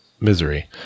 misery